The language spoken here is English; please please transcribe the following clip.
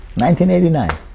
1989